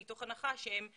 מתוך הנחה שהם כמו,